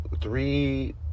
three